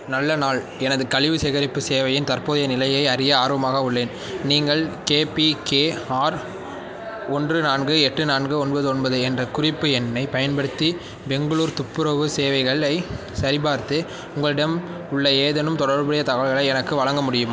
நல்ல நாள் எனது கழிவு சேகரிப்பு சேவையின் தற்போதைய நிலையை அறிய ஆர்வமாக உள்ளேன் நீங்கள் கேபிகேஆர் ஒன்று நான்கு எட்டு நான்கு ஒன்பது ஒன்பது என்ற குறிப்பு எண்ணைப் பயன்படுத்தி பெங்களூர் துப்புரவு சேவைகளைச் சரிபார்த்து உங்களிடம் உள்ள ஏதேனும் தொடர்புடைய தகவலை எனக்கு வழங்க முடியுமா